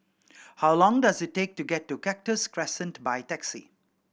how long does it take to get to Cactus Crescent by taxi